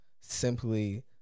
simply